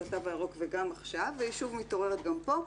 התו הירוק וגם עכשיו והיא שוב מתעוררת גם פה,